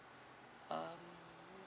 mm